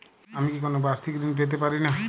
আমি কি কোন বাষিক ঋন পেতরাশুনা?